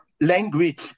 language